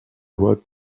voix